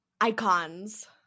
Icons